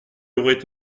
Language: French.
aurait